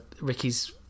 Ricky's